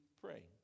pray